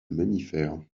mammifères